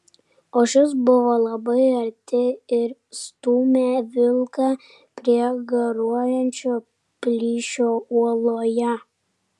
o šis buvo labai arti ir stūmė vilką prie garuojančio plyšio uoloje